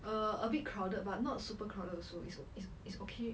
err a bit crowded but not super crowded also it's it's it's okay